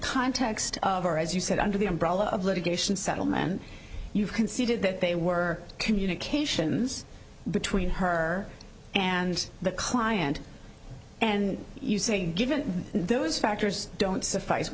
context of our as you said under the umbrella of litigation settlement you've conceded that they were communications between her and the client and you say given those factors don't suffice